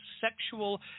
sexual